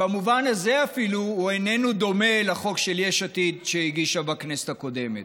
במובן הזה הוא אפילו איננו דומה לחוק שיש עתיד הגישה בכנסת הקודמת.